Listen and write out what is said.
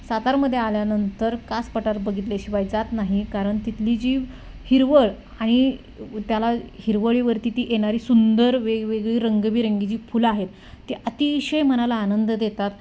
सातारमध्ये आल्यानंतर कास पठार बघितल्याशिवाय जात नाही कारण तिथली जी हिरवळ आणि त्याला हिरवळीवरती ती येणारी सुंदर वेगवेगळी रंगबेरंगी जी फुलं आहेत ती अतिशय मनाला आनंद देतात